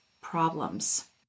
problems